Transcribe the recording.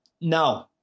No